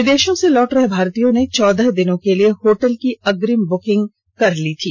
विदेशों से लौट रहे भारतीयों ने चौदह दिन के लिए होटल की अग्निम बुकिंग कर ली थी